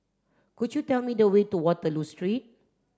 could you tell me the way to Waterloo Street